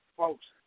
folks